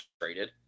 traded